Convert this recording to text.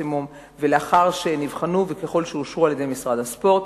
לאחר שנבחנו וככל שאושרו על-ידי משרד הספורט,